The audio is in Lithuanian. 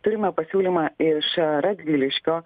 turime pasiūlymą iš radviliškio